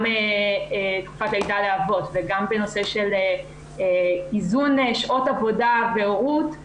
גם תקופת לידה לאבות וגם בנושא של איזון שעות עבודה והורות,